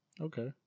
Okay